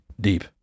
deep